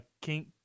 King